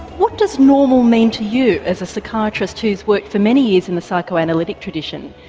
what does normal mean to you as a psychiatrist who's worked for many years in the psychoanalytic tradition,